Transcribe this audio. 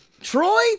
Troy